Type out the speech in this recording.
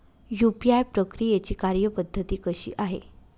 UPI प्रक्रियेची कार्यपद्धती कशी आहे?